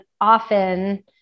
often